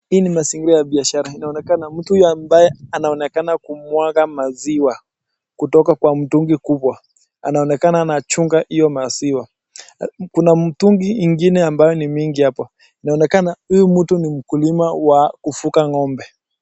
Hii ni mazingira ya biashara inaonekana mtu huyu amabye anaonekana kumwaga maziwa kutoka kwa mtungi kubwa, inaonekana anachunga maziwa, kuna mtungi ingine ambayo ni mingi hapo, inaonekana huyu mtu ni mkulima wa kufuga ng'ombe.